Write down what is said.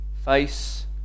Face